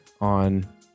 on